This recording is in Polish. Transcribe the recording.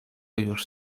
już